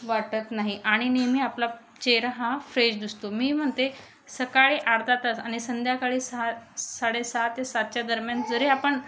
वाटत नाही आणि नेहमी आपला चेहरा हा फ्रेश दिसतो मी म्हणते सकाळी अर्धा तास आणि संध्याकाळी सहा साडेसहा ते सातच्या दरम्यान जरी आपण